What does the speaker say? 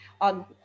on